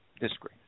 Disagree